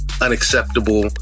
unacceptable